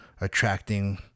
Attracting